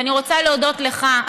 ואני רוצה להודות לך,